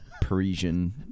Parisian